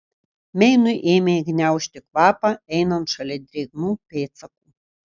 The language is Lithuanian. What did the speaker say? meinui ėmė gniaužti kvapą einant šalia drėgnų pėdsakų